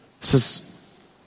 Says